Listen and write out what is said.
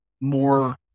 more